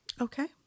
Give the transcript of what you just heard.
Okay